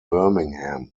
birmingham